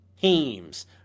teams